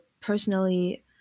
personally